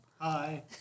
Hi